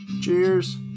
Cheers